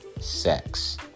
sex